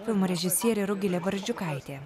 filmo režisierė rugilė barzdžiukaitė